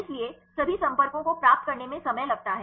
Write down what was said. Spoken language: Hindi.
इसलिए सभी संपर्कों को प्राप्त करने में समय लगता है